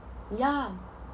yeah